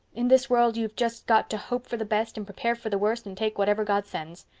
in this world you've just got to hope for the best and prepare for the worst and take whatever god sends.